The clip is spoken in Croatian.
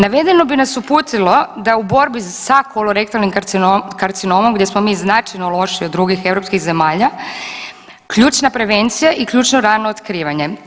Navedeno bi nas uputilo da u borbi sa kolorektalnim karcinomom gdje smo mi značajno lošiji od drugih europskih zemalja ključna prevencija i ključno rano otkrivanje.